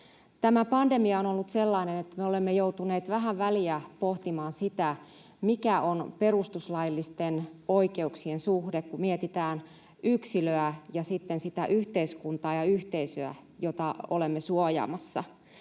Tämä pandemia on ollut sellainen, että me olemme joutuneet vähän väliä pohtimaan sitä, mikä on perustuslaillisten oikeuksien suhde, kun mietitään yksilöä ja sitten sitä yhteiskuntaa ja yhteisöä, jota olemme suojaamassa.